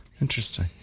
Interesting